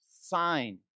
sign